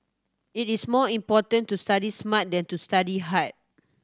it is more important to study smart than to study hard